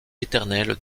éternel